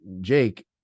jake